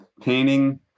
painting